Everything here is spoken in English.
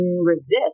resist